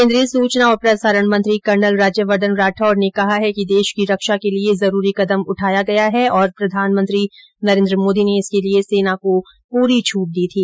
केंद्रीय सूचना और प्रसारण मंत्री कर्नल राज्यवर्द्वन राठौड ने कहा कि देश की रक्षा के लिए जरुरी कदम उठाया गया है और प्रधानमंत्री नरेन्द्र मोदी ने इसके लिए सेना को पूरी छूट दी थी